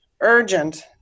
urgent